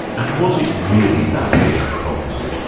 and was it really that big a problem?